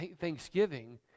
Thanksgiving